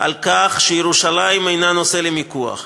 ונשנית על כך שירושלים אינה נושא למיקוח,